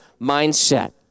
mindset